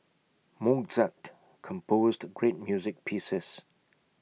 Mozart composed great music pieces